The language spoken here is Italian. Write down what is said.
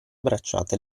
bracciata